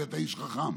כי אתה איש חכם.